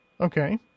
Okay